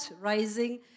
Rising